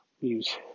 use